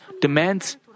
demands